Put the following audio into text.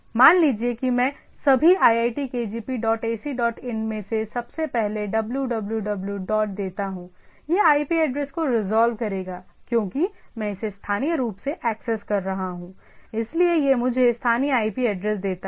मान लीजिए कि मैं सभी iitkgp dot AC dot in में से सबसे पहले www डॉट देता हूं यह IP एड्रेस को रिजॉल्व करेगा क्योंकि मैं इसे स्थानीय रूप से एक्सेस कर रहा हूं इसलिए यह मुझे स्थानीय IP एड्रेस देता है